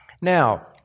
now